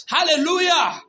Hallelujah